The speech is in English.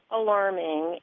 alarming